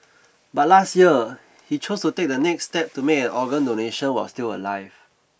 but last year he chose to take the next step to make an organ donation while still alive